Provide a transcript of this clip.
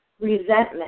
resentment